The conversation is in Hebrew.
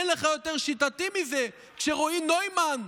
אין לך יותר שיטתי מזה כשרועי נוימן,